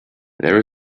there